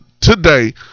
today